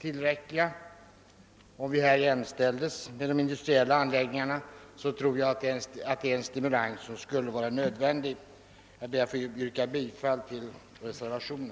tillräckliga. Om jordbruket jämställdes med industrin i detta fall skulle det innebära en oerhört stor stimulans. Jag ber att få yrka bifall till reservationen.